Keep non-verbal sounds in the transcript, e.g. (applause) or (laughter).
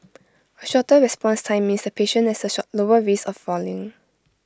A shorter response time means the patient has A (unintelligible) lower risk of falling